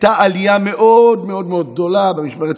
הייתה עלייה גדולה מאוד מאוד במקרי הרצח,